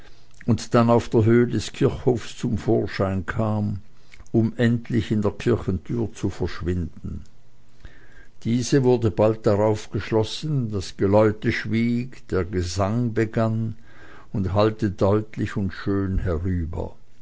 und dann auf der höhe des kirchhofes zum vorschein kam um endlich in der kirchentür zu verschwinden diese wurde bald darauf geschlossen das geläute schwieg der gesang begann und hallte deutlich und schön her